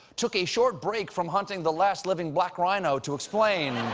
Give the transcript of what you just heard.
took a short break from hunting the last living black rhino to explain.